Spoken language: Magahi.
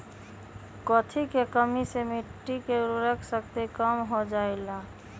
कथी के कमी से मिट्टी के उर्वरक शक्ति कम हो जावेलाई?